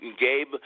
Gabe